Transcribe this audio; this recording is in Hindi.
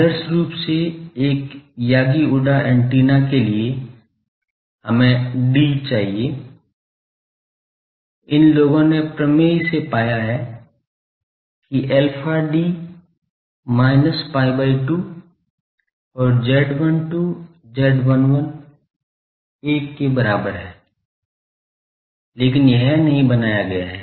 आदर्श रूप से एक यागी उडा एंटीना के लिए हमें 'd' चाहिए इन लोगों ने प्रयोग से पाया है कि alpha d minus pi by 2 और Z12 Z111 के बराबर है लेकिन यह नहीं बनाया गया है